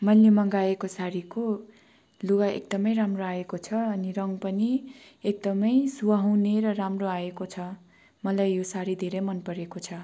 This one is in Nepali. मैले मगाएको सारीको लुगा एकदमै राम्रो आएको छ अनि रङ्ग पनि एकदमै सुहाउने र राम्रो आएको छ मलाई यो सारी धेरै मन परेको छ